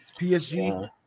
PSG